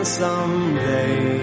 someday